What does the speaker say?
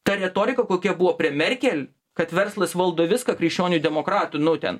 ta retorika kokia buvo prie merkel kad verslas valdo viską krikščionių demokratų nu ten